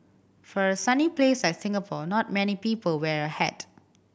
for a sunny place like Singapore not many people wear a hat